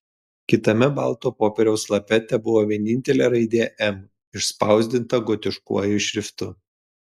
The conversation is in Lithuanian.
kitame balto popieriaus lape tebuvo vienintelė raidė m išspausdinta gotiškuoju šriftu